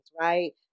right